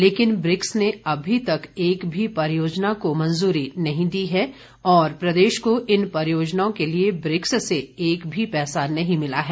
लेकिन ब्रिक्स ने अभी तक एक भी परियोजना को मंजूरी नहीं दी है और प्रदेश को इन परियोजनाओं के लिए ब्रिक्स से एक भी पैसा नहीं मिला है